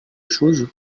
chose